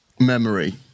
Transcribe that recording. memory